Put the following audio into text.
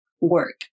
work